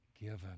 given